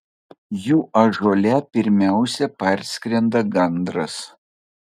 jų ąžuole pirmiausia parskrenda gandras